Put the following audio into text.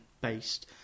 based